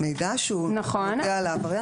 גם זה היה בהערות.